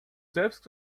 selbst